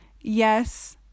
Yes